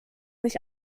nicht